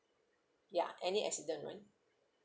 ya any accident right